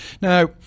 Now